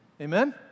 Amen